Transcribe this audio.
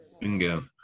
Bingo